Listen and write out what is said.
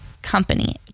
company